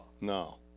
No